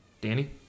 Danny